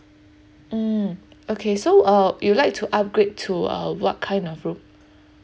mm okay so uh you'd like to upgrade to uh what kind of room